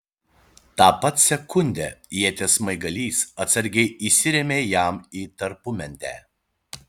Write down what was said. tą pat sekundę ieties smaigalys atsargiai įsirėmė jam į tarpumentę